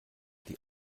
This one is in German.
die